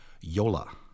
YOLA